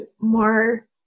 more